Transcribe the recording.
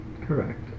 Correct